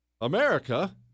America